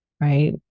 right